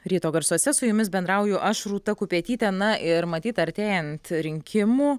ryto garsuose su jumis bendrauju aš rūta kupetytė na ir matyt artėjant rinkimų